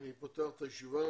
אני פותח את הישיבה,